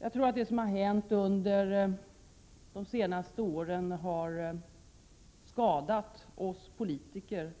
Jag tror att det som har hänt under de senaste åren har skadat oss politiker,